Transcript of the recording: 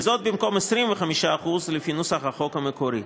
וזאת במקום 25% לפי נוסח החוק המקורי.